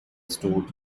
stored